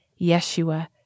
Yeshua